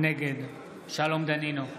נגד שלום דנינו,